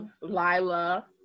Lila